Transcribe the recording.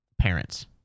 parents